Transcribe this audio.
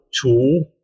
tool